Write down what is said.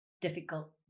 difficult